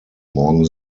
morgen